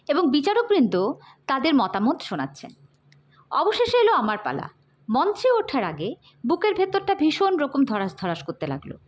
এবং বিচারকবৃন্দ তাদের মতামত শোনাচ্ছেন অবশেষে এলো আমার পালা মঞ্চে ওঠার আগে বুকের ভেতরটা ভীষণ রকম ধরাস ধরাস করতে লাগল